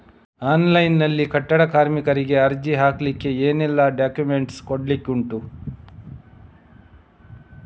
Online ನಲ್ಲಿ ಕಟ್ಟಡ ಕಾರ್ಮಿಕರಿಗೆ ಅರ್ಜಿ ಹಾಕ್ಲಿಕ್ಕೆ ಏನೆಲ್ಲಾ ಡಾಕ್ಯುಮೆಂಟ್ಸ್ ಕೊಡ್ಲಿಕುಂಟು?